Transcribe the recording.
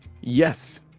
yes